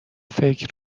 فکر